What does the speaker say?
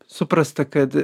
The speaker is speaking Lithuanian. suprasta kad